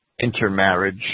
intermarriage